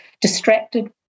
distracted